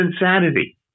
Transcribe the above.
insanity